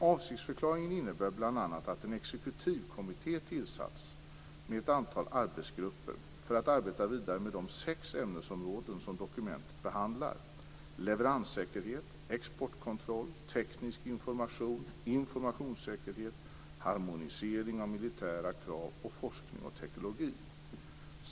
Avsiktsförklaringen innebar bl.a. att en exekutiv kommitté tillsattes med ett antal arbetsgrupper för att arbeta vidare med de sex ämnesområden som dokumentet behandlar, dvs. leveranssäkerhet, exportkontroll, teknisk information, informationssäkerhet, harmonisering av militära krav och forskning och teknologi.